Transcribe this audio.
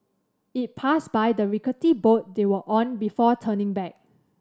it passed by the rickety boat they were on before turning back